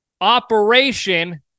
operation